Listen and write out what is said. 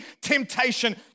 temptation